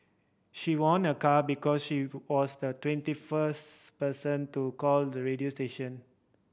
she won a car because she was the twenty first person to call the radio station